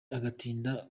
agatinda